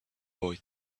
boy